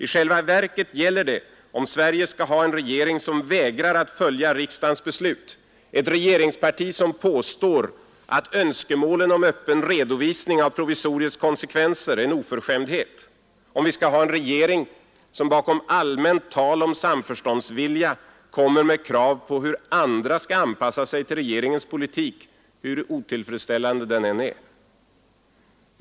I själva verket gäller det om Sverige skall ha en regering som vägrar att följa riksdagens beslut, ett regeringsparti, som påstår att önskemålen om öppen redovisning av provisoriets konsekvenser är en oförskämdhet, om vi skall ha en regering som bakom allmänt tal om samförståndsvilja kommer med krav på hur andra skall anpassa sig till regeringens politik, hur otillfredsställande den än är.